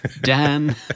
Dan